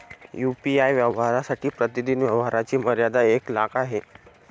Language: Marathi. यू.पी.आय व्यवहारांसाठी प्रतिदिन व्यवहारांची मर्यादा एक लाख आहे